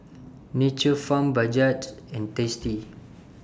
Nature's Farm Bajaj and tasty